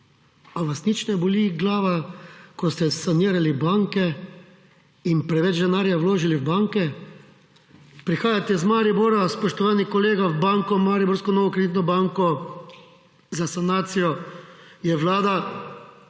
A vas nič ne boli glava, ko ste sanirali banke in preveč denarja vložili v banke? Prihajate iz Maribora, spoštovani kolega, banko mariborsko, novo kreditno banko za sanacijo je vlada,